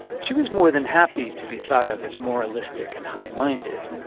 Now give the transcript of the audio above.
she was more than happy to be thought of as moralistic and high-minded.